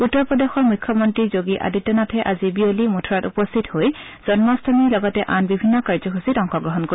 উত্তৰ প্ৰদেশৰ মুখ্য মন্ত্ৰী যোগী আদিত্য নাথে আজি বিয়লি মথুৰাত উপস্থিত হৈ জন্মাষ্টমীৰ লগতে আন বিভিন্ন কাৰ্যসূচীত অংশগ্ৰহণ কৰিব